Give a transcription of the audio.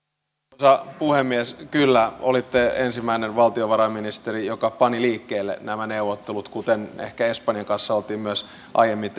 arvoisa puhemies kyllä olitte ensimmäinen valtiovarainministeri joka pani liikkeelle nämä neuvottelut kuten ehkä espanjan kanssa oltiin myös aiemmin